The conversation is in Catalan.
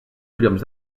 triomfs